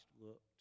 looked